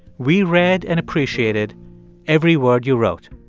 we read and appreciated every word you wrote